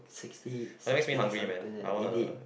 sixty sixty to indeed